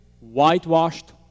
whitewashed